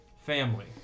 family